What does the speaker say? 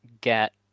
get